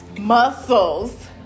muscles